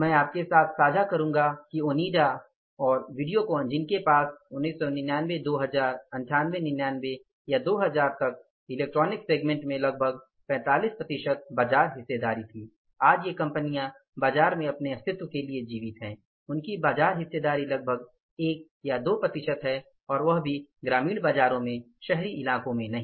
मैं आपके साथ साझा करूंगा कि ओनिडा और वीडियोकॉन जिनके पास 1999 2000 98 99 2000 तक इलेक्ट्रॉनिक्स सेगमेंट में लगभग 45 प्रतिशत बाजार हिस्सेदारी थी आज ये कंपनियां बाजार में अपने अस्तित्व के लिए जीवित हैं उनकी बाजार हिस्सेदारी लगभग 1 या 2 प्रतिशत है और वह भी ग्रामीण बाजारों में शहरी इलाकों में नहीं